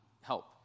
help